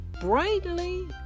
brightly